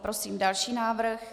Prosím další návrh.